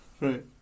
right